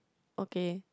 okay